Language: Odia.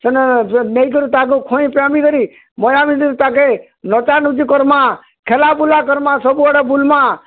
ସେନେ ନେଇକରି ତାହାକୁ ଖୋଇପିଆମିଁ କରି ମଜାମିଁ ତାଙ୍କେ ନଚାନୁଚି କର୍ମାଁ ଖେଲା ବୁଲା କର୍ମାଁ ସବୁ ଆଡ଼େ ବୁଲ୍ମାଁ